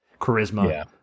charisma